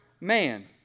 man